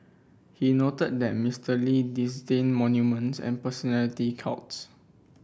he noted that Mister Lee disdained monuments and personality cults